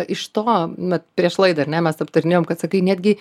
iš to vat prieš laidą ar ne mes aptarinėjom kad sakai netgi